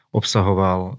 obsahoval